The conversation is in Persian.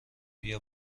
بیا